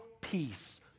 peace